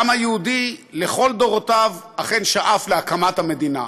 העם היהודי לכל דורותיו אכן שאף להקמת המדינה,